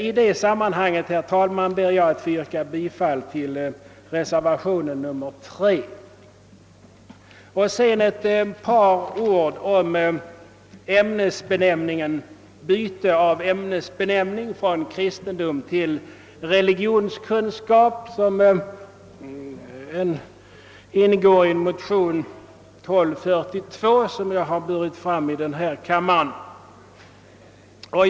I det sammanhanget, herr talman, ber jag att få yrka bifall till reservationen nr 3. Sedan ett par ord om bytet av ämnesbenämning från kristendom till religionskunskap. Denna sak ingår i motionen nr 1242 som jag framfört i denna kammare.